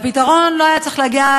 והפתרון לא היה צריך להגיע,